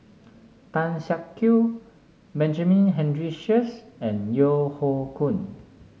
Tan Siak Kew Benjamin Henry Sheares and Yeo Hoe Koon